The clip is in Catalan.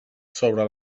sobre